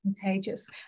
contagious